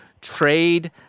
trade